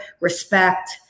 respect